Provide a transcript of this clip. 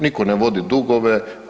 Nitko ne vodi dugove.